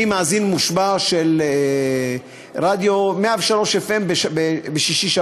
אני מאזין מושבע של רדיו 103FM בשישי-שבת,